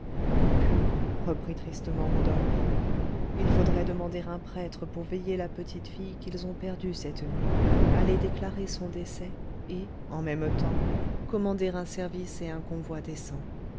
puis reprit tristement rodolphe il faudrait demander un prêtre pour veiller la petite fille qu'ils ont perdue cette nuit aller déclarer son décès et en même temps commander un service et un convoi décents